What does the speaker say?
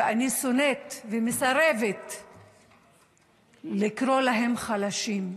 ואני שונאת ומסרבת לקרוא להם חלשים.